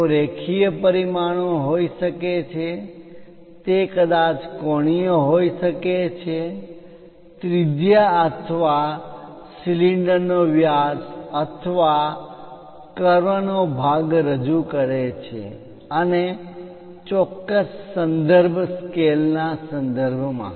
તેઓ રેખીય પરિમાણો હોઈ શકે છે તે કદાચ કોણીય હોઈ શકે છે ત્રિજ્યા અથવા સિલિન્ડરનો વ્યાસ અથવા કર્વ નો વળાંક નો ભાગ રજૂ કરે છે અને ચોક્કસ સંદર્ભ સ્કેલના સાપેક્ષે સંદર્ભમાં